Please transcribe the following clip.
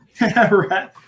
Right